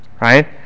Right